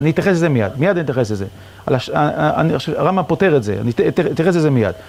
אני אתייחס לזה מיד, מיד אני אתייחס לזה, הרמ"א פותר את זה, אני אתייחס לזה מיד